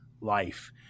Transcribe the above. life